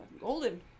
golden